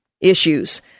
issues